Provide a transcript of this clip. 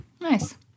Nice